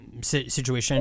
situation